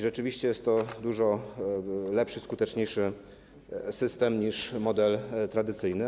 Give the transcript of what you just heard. Rzeczywiście jest to dużo lepszy, skuteczniejszy system niż model tradycyjny.